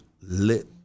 lit